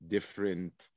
Different